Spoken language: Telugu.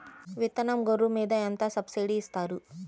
విత్తనం గొర్రు మీద ఎంత సబ్సిడీ ఇస్తారు?